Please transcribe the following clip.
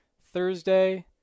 Thursday